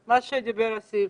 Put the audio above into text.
את מה שדיבר עליו אסיף.